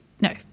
no